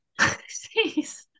Jeez